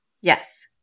Yes